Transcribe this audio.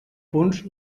punts